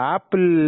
Apple